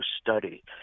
study